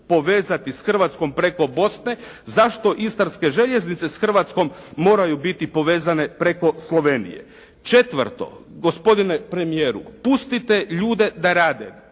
povezati s Hrvatskom preko Bosne zašto istarske željeznice s Hrvatskom moraju biti povezane preko Slovenije. Četvrto, gospodine premijeru pustite ljude da rade.